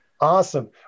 Awesome